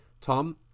Tom